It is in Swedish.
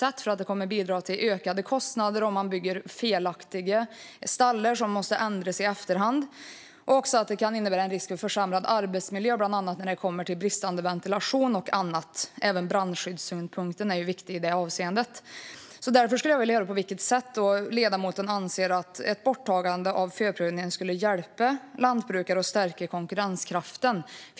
Det kommer att bidra till ökade kostnader om man bygger felaktiga stallar som måste ändras i efterhand. Det kan också innebära risk för försämrad arbetsmiljö på grund av bristande ventilation och annat. Även brandskyddssynpunkten är viktig i det avseendet. Därför skulle jag vilja höra på vilket sätt ledamoten anser att ett borttagande av förprövningen skulle hjälpa lantbrukare att stärka konkurrenskraften.